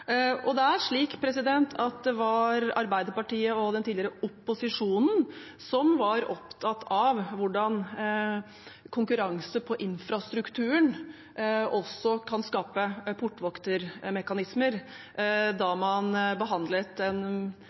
Det er slik at det var Arbeiderpartiet og den tidligere opposisjonen som var opptatt av hvordan konkurranse på infrastrukturen også kan skape portvoktermekanismer, da man behandlet